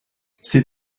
ses